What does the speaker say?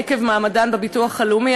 עקב מעמדן בביטוח הלאומי,